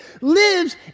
lives